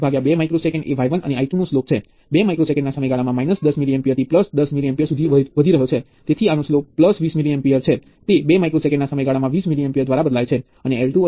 અને આ લૂપની ફરતે કિર્ચહોફના વોલ્ટેજ નો કાયદો લાગુ કરીએ તેથી જો તમે ઉપલા ટર્મિનલ અને નીચલા ટર્મિનલ વચ્ચે આ Vx કોલ કરો છો તો કિર્ચહોફના વોલ્ટેજ ના કાયદાને કારણે સ્પષ્ટ હશે કે V1 Vx V2 0